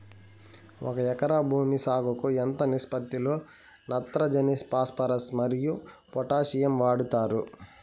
ఒక ఎకరా భూమి సాగుకు ఎంత నిష్పత్తి లో నత్రజని ఫాస్పరస్ మరియు పొటాషియం వాడుతారు